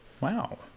Wow